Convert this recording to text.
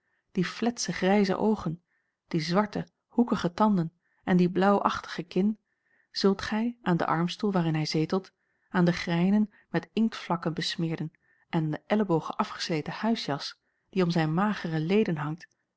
die fletsche grijze oogen die zwarte hoekige tanden en die blaauwachtige kin zult gij aan den armstoel waarin hij zetelt aan den grijnen met inktvlakken besmeerden en aan de ellebogen afgesleten huisjas die om zijn magere jacob van